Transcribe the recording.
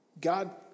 God